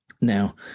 Now